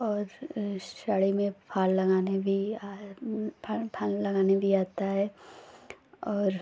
और साड़ी में फ़ॉल्स लगाना भी फ़ॉल्स फ़ॉल्स लगाना भी आता है और